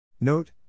Note